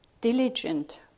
diligent